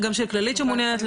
או כל דבר אחר לצורך הניידות שלו,